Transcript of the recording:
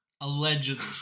Allegedly